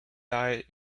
died